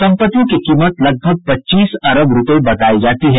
संपत्तियों की कीमत लगभग पच्चीस अरब रूपये बतायी जाती है